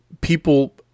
people